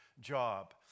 job